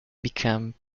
become